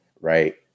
right